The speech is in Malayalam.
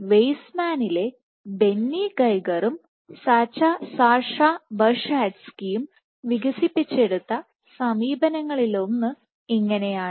വെയ്സ്മാനിലെ ബെന്നി ഗൈഗറും സാച്ച സാഷാ ബെർഷാഡ്സ്കിയും വികസിപ്പിച്ചെടുത്ത സമീപനങ്ങളിലൊന്ന് ഇങ്ങനെയാണ്